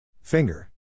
Finger